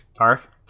Tark